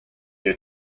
your